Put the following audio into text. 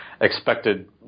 expected